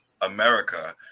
America